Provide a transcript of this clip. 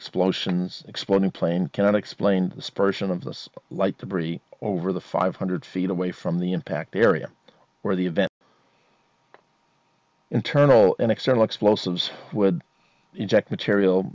explosions exploding plane can explain this person of this light debris over the five hundred feet away from the impact area where the event internal and external explosives would inject material